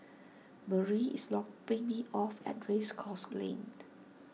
Marie is dropping me off at Race Course Lane